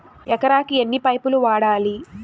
ఎకరాకి ఎన్ని పైపులు వాడాలి?